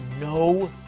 no